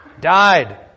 Died